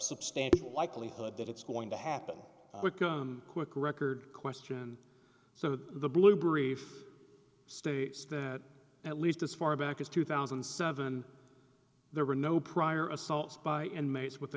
substantial likelihood that it's going to happen wickham quick record question and so the blue brief states that at least as far back as two thousand and seven there were no prior assaults by inmates with